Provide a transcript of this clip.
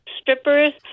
strippers